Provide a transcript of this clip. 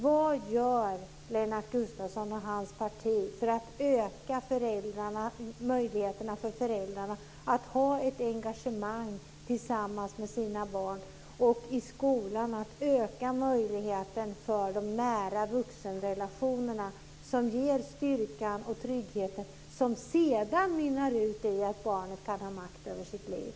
Därför undrar jag vad Lennart Gustavsson och hans parti gör för att öka möjligheterna för föräldrarna att ha ett engagemang tillsammans med sina barn och för att öka möjligheterna till de nära vuxenrelationerna i skolan, dvs. det som ger styrkan och tryggheten som sedan mynnar ut i att barnet kan ha makt över sitt liv.